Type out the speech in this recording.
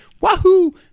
Wahoo